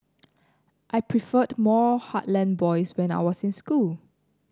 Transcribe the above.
I preferred more heartland boys when I was in school